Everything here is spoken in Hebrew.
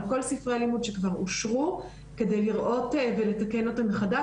על כל ספרי הלימוד שכבר אושרו כדי לראות ולתקן אותם מחדש